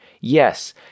Yes